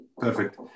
Perfect